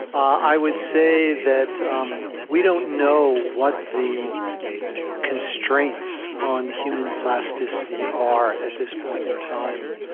i would say that um we don't know what the constraints on human plasticity are at this point in time.